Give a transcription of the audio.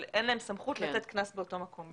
אבל אין להם סמכות לתת קנס באותו מקום.